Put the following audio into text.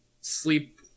sleep